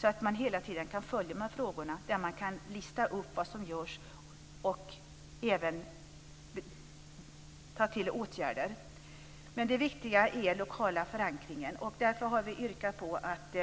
Då kan man hela tiden följa frågorna, lista vad som görs och även vidta åtgärder. Det viktiga är den lokala förankringen. Därför har vi yrkat på att